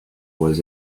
was